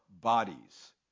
bodies